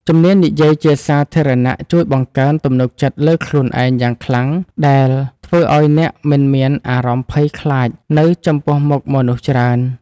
ជំនាញនិយាយជាសាធារណៈជួយបង្កើនទំនុកចិត្តលើខ្លួនឯងយ៉ាងខ្លាំង ដែលធ្វើឱ្យអ្នកមិនមានអារម្មណ៍ភ័យខ្លាចនៅចំពោះមុខមនុស្សច្រើន។